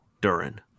Durin